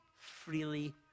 Freely